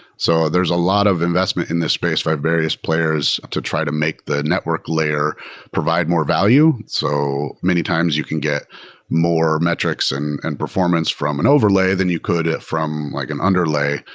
so there's a lot of investment in this space for various players to try to make the network layer provide more value. so many times, you can get more metrics and and performance from an overlay than you could from like an underlay,